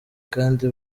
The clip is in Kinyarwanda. kandi